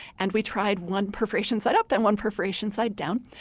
and we tried one perforation side up and one perforation side down.